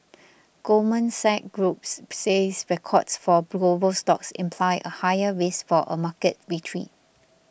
Goldman Sachs Groups says records for global stocks imply a higher risk for a market retreat